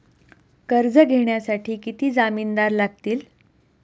कर्ज घेण्यासाठी किती जामिनदार लागतील?